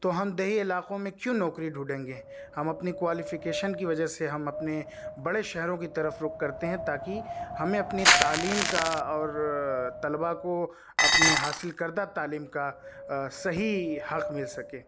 تو ہم دیہی علاقوں میں کیوں نوکری ڈھونڈیں گے ہم اپنی کوالیفیکیشن کی وجہ سے ہم اپنے بڑے شہروں کی طرف رخ کرتے ہیں تاکہ ہمیں اپنی تعلیم کا اور طلباء کو اپنی حاصل کردہ تعلیم کا صحیح حق مل سکے